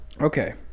okay